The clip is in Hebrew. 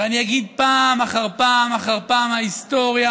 ואני אגיד פעם אחר פעם אחר פעם: ההיסטוריה